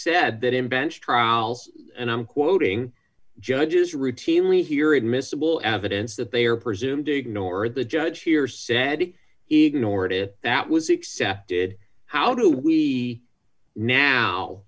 in bench trials and i'm quoting judges routinely hear admissible evidence that they are presumed to ignore the judge here said it ignored it that was excepted how do we now